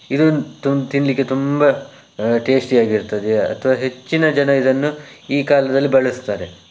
ಇದನ್ನು ತಿನ್ನಲಿಕ್ಕೆ ತುಂಬ ಟೇಸ್ಟಿಯಾಗಿ ಇರ್ತದೆ ಅಥವಾ ಹೆಚ್ಚಿನ ಜನ ಇದನ್ನು ಈ ಕಾಲದಲ್ಲಿ ಬಳಸ್ತಾರೆ